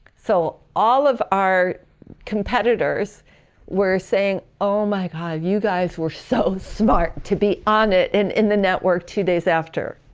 so all of our competitors were saying oh my gosh! kind of you guys were so smart to be on it in in the network two days after.